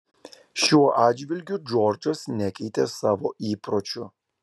šiuo atžvilgiu džordžas nekeitė savo įpročių